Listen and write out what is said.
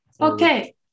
Okay